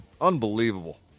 Unbelievable